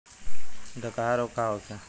डकहा रोग का होखे?